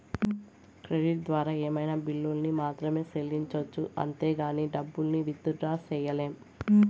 credit ద్వారా ఏమైనా బిల్లుల్ని మాత్రమే సెల్లించొచ్చు అంతేగానీ డబ్బుల్ని విత్ డ్రా సెయ్యలేం